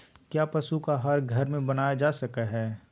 क्या पशु का आहार घर में बनाया जा सकय हैय?